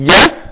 Yes